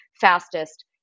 fastest